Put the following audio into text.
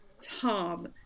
Tom